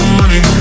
money